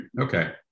Okay